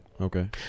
Okay